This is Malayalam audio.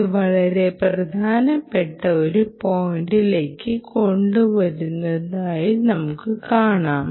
ഇത് വളരെ പ്രധാനപ്പെട്ട ഒരു പോയിന്റിലേക്ക് കൊണ്ടുവരുന്നത് കാണുക